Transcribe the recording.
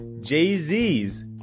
Jay-Z's